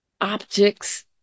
objects